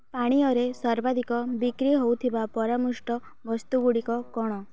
ପାନୀୟରେ ସର୍ବାଧିକ ବିକ୍ରି ହେଉଥିବା ପରାମୃଷ୍ଟ ବସ୍ତୁ ଗୁଡ଼ିକ କ'ଣ